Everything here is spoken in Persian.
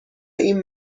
این